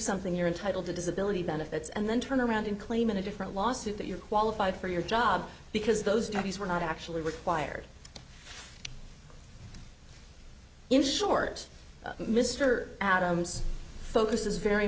something you're entitle to disability benefits and then turn around and claim in a different lawsuit that you're qualified for your job because those copies were not actually required in short mr adams focuses very